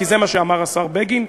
כי זה מה שאמר השר בגין.